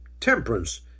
temperance